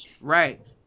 right